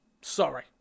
sorry